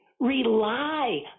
Rely